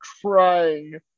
trying